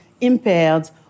impaired